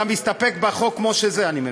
אתה מסתפק בחוק כמו שזה, אני מבין.